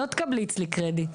לא תקבלי אצלי קרדיט.